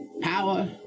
power